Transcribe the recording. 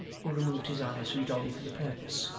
who removed his eyes from dolly for the purpose.